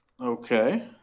Okay